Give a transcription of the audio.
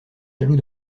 jaloux